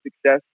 success